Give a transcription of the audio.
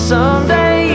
Someday